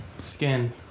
skin